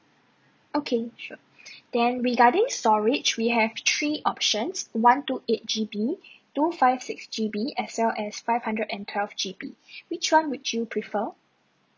okay sure then regarding storage we have three options one two eight G_B two five six G_B as well as five hundred and twelve G_B which one would you prefer